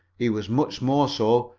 he was much more so